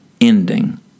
ending